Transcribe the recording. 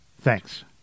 Thanks